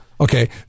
okay